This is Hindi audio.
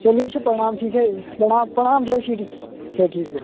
चलिए अच्छा प्रणाम ठीक है प्रणाम प्रणाम जय श्री अच्छा ठीक है